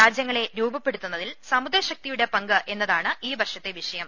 രാജ്യങ്ങളെ രൂപപ്പെടുത്തുന്നതിൽ സമുദ്രശക്തിയുടെ പങ്ക് എന്നതാണ് ഈ വർഷത്തെ വിഷയം